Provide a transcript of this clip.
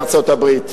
לארצות-הברית.